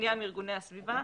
פנייה שניה מארגוני הסביבה,